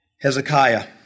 Hezekiah